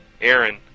Aaron